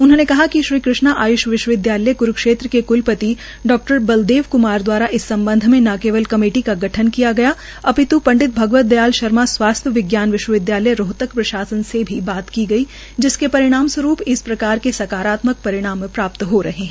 उन्होंने कहा कि कृष्णा आयुष विश्वविदयालय कुरूक्षेत्र के कुलपति डॉ बलदेव कुमार दवारा इस समबध में न कमेटी का गठन किया गया अपित् पंडित भगवत दयाल शर्मा स्वास्थ्य विज्ञान विश्वविद्यालय रोहतक प्रशासन से भी बात की गई जिसके परिणाम स्वरूप इस प्रकार के सकारात्मक परिणाम प्राप्त हो रहे है